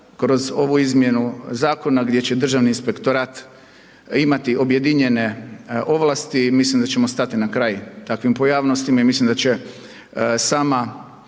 kroz ovu izmjenu zakona gdje će Državni inspektorat imati objedinjene ovlasti, mislim da ćemo stati na kraj takvim pojavnostima i mislim da će sama